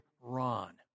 Ron